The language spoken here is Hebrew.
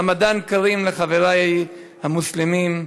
רמדאן כרים לחברי המוסלמים.